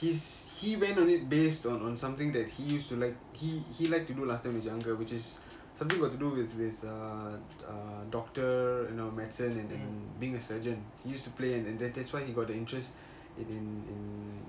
his he went on it based on on something that he used to like he he liked to do last time when he was younger which is something got to do with err err doctor you know medicine and being a surgeon he used to play and that that's why he got the interest in in in